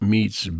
Meets